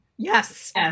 Yes